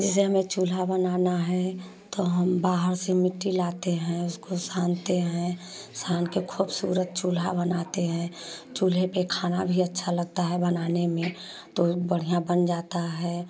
जैसे हमें चूल्हा बनाना है तो हम बाहर से मिट्टी लाते हैं उसको सानते हैं सान के खूबसूरत चूल्हा बनाते हैं चूल्हे पे खाना भी अच्छा लगता है बनाने में तो बढ़िया बन जाता है